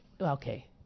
Okay